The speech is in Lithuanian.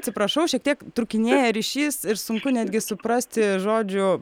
atsiprašau šiek tiek trūkinėja ryšys ir sunku netgi suprasti žodžių